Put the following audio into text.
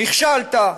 נכשלת,